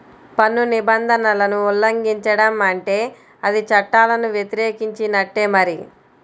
పన్ను నిబంధనలను ఉల్లంఘించడం అంటే అది చట్టాలను వ్యతిరేకించినట్టే మరి